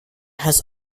has